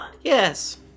Yes